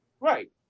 Right